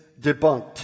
debunked